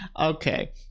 okay